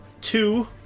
two